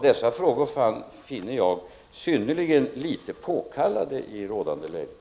Jag finner alltså dessa frågor synnerligen litet påkallade i rådande läge.